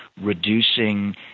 reducing